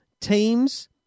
teams